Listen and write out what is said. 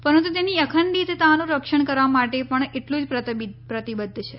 પરંતુ તેની અખંડિતતાનું રક્ષણ કરવા પણ એટલું જ પ્રતિબદ્ધ છે